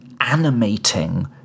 animating